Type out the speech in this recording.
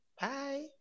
Bye